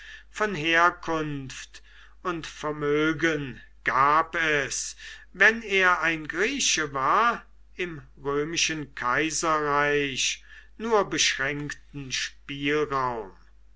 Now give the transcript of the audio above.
von herkunft und vermögen gab es wenn er ein grieche war im römischen kaiserreich nur beschränkten spielraum